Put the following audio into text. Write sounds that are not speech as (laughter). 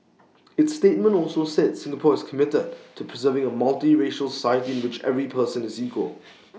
its statement also said Singapore is committed to preserving A multiracial (noise) society in which every person is equal